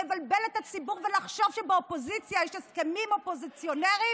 לבלבל את הציבור ולחשוב שבאופוזיציה יש הסכמים אופוזיציוניים,